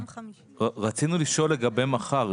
רצינו לשאול לגבי מחר,